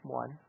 one